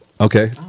Okay